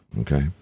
okay